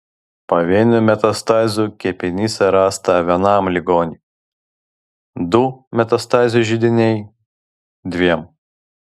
pavienių metastazių kepenyse rasta vienam ligoniui du metastazių židiniai dviem